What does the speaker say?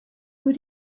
who